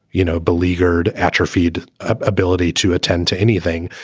you know, beleaguered, atrophied ability to attend to anything,